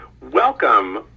welcome